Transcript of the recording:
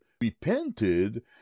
repented